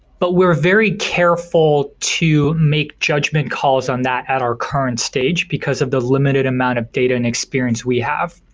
but we're very careful to make judgment calls on that at our current stage, because of the limited amount of data and experience we have.